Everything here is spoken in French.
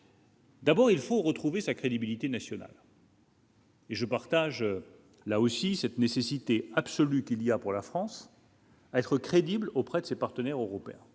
D'abord il faut retrouver sa crédibilité nationale. Et je partage là aussi cette nécessité absolue qu'il y a, pour la France. être crédible auprès de ses partenaires européens,